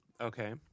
Okay